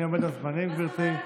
אני עומד על זמנים, גברתי.